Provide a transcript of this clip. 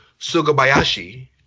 Sugabayashi